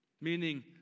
meaning